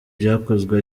byakozwe